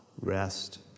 rest